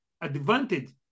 advantage